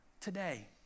today